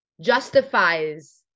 justifies